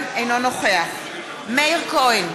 אינו נוכח מאיר כהן,